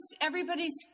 everybody's